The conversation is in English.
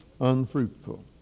unfruitful